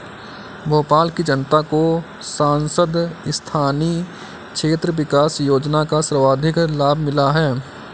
भोपाल की जनता को सांसद स्थानीय क्षेत्र विकास योजना का सर्वाधिक लाभ मिला है